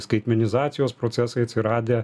skaitmenizacijos procesai atsiradę